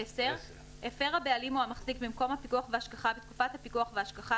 (10)הפר הבעלים או המחזיק במקום הפיקוח וההשגחה בתקופת הפיקוח וההשגחה,